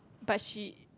but she